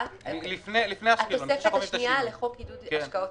לפני אשקלון -- התוספת השנייה לחוק עידוד השקעות